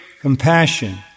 compassion